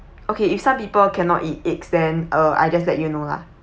okay if some people cannot eat eggs then uh I just let you know lah